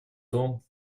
том